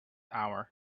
hour